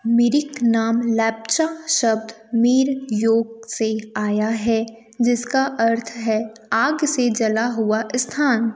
मिरिक नाम लैप्चा शब्द मीर योक से आया है जिसका अर्थ है आग से जला हुआ स्थान